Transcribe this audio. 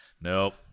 Nope